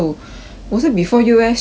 我是 before U_S 去的 bah